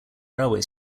railway